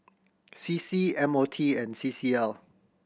C C M O T and C C L